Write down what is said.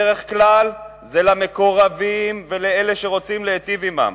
בדרך כלל זה למקורבים ולאלה שרוצים להיטיב עמם.